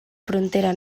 frontera